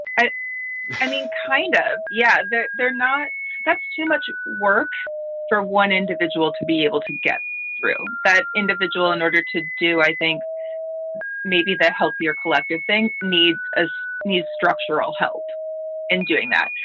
i i mean, kind of. yeah. they're not that's too much work for one individual to be able to get through that individual in order to do i think maybe they're healthier. collective thing needs as needs structural help in doing that.